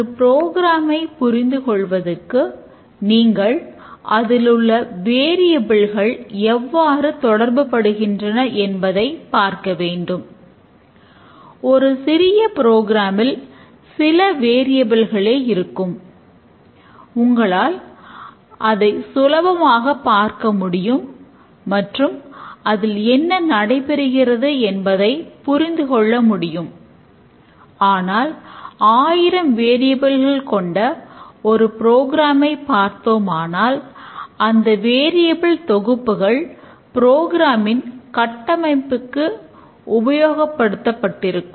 ஒரு ப்ரோக்ராமை கட்டமைப்புக்கு உபயோகப் படுத்தப்பட்டிருக்கும்